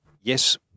yes